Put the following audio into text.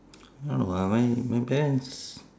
no lah my my parents